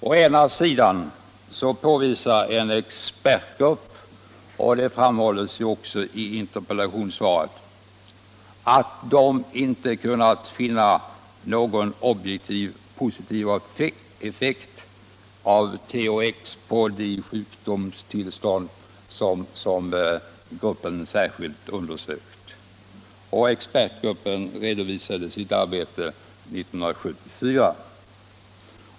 Å ena sidan redovisar en expertgrupp — det framhålls också i interpellationssvaret — att den inte kunnat finna någon objektiv positiv effekt av THX på de sjukdomstillstånd som gruppen särskilt undersökt; expertgruppen redovisade sitt arbete 1974.